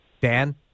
Dan